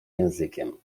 językiem